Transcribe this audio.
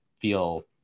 feel